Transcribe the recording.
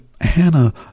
Hannah